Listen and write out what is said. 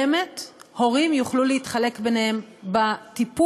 באמת הורים יוכלו להתחלק ביניהם בטיפול